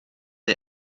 der